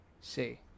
Say